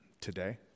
today